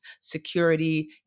security